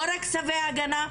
לא רק צווי הגנה,